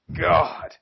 God